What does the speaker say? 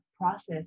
process